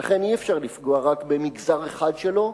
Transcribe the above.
ולכן אי-אפשר לפגוע רק במגזר אחד שלו,